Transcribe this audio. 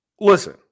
Listen